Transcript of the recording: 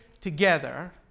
Together